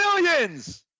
millions